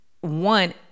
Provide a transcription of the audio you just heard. one